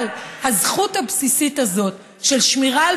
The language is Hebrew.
אבל הזכות הבסיסית הזאת של שמירה על